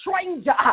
stranger